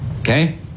okay